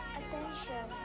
attention